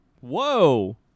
Whoa